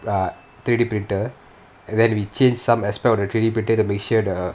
err the three D printer and then we changed some as part of the three D printer to make sure the